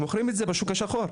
ומוכרים את זה בשוק השחור.